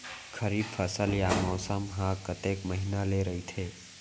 खरीफ फसल या मौसम हा कतेक महिना ले रहिथे?